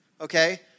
okay